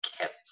kept